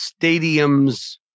stadiums